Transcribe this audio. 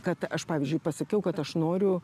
kad aš pavyzdžiui pasakiau kad aš noriu